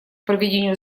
проведению